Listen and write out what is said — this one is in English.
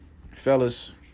Fellas